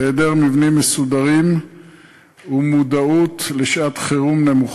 היעדר מבנים מסודרים ומודעות נמוכה לשעת-חירום.